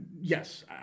yes